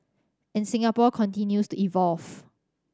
and Singapore continues to evolve